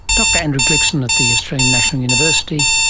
dr andrew glikson at the australian national university,